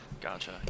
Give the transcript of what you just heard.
gotcha